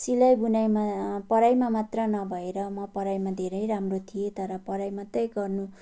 सिलाइ बुनाइमा पढाइमा मात्र नभएर म पढाइमा धेरै राम्रो थिएँ तर पढाइ मात्रै गर्नु